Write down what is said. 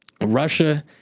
Russia